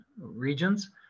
regions